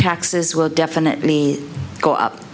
taxes will definitely go up